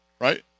right